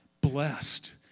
blessed